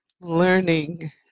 learning